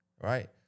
right